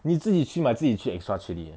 你自己去买自己去 extra chili eh